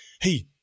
hey